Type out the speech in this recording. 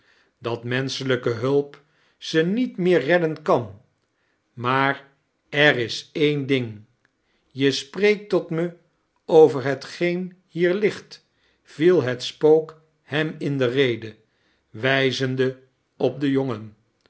dat menschelijke hulp ze niet meer redden kan maar er is een ding je spreekt tot me over hetgeen hier ligt viel het spook hem in de rede wijzende op den jongen